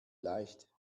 leicht